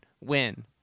win